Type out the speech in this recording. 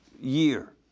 year